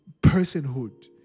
personhood